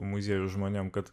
muziejų žmonėm kad